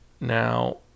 Now